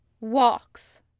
walks